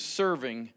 serving